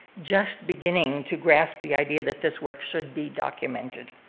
just beginning to grasp the idea that this work should be documented.